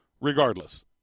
regardless